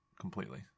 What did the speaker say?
completely